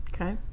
okay